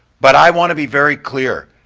but i want to be very clear,